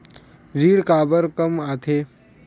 ऋण काबर कम आथे?